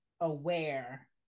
aware